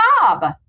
job